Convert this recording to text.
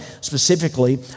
Specifically